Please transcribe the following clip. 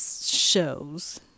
shows